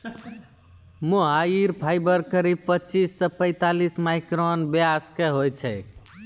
मोहायिर fibre करीब पच्चीस सॅ पैतालिस माइक्रोन व्यास के होय छै